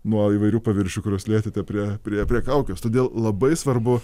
nuo įvairių paviršių kuriuos lietėte prie prie prie kaukės todėl labai svarbu